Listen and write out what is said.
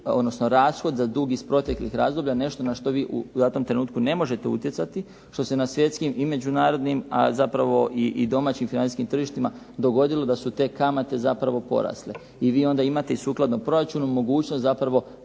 odnosno rashod za dug iz proteklih razdoblja, nešto na što vi u datom trenutku ne možete utjecati što se na svjetskim i međunarodnim, a zapravo i domaćim financijskim tržištima dogodilo da su te kamate zapravo porasle i vi onda imate i sukladno proračunu mogućnost zapravo